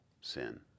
sin